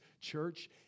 church